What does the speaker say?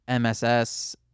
MSS